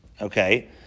Okay